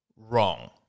wrong